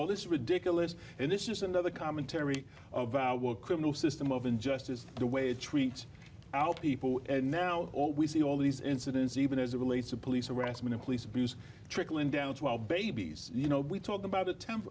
dodgeball this ridiculous and this is another commentary about well criminal system of injustice the way it treats people and now all we see all these incidents even as it relates to police harassment or police abuse trickling down to our babies you know we talked about attemp